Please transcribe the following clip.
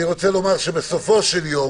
אני רוצה לומר שבסופו של יום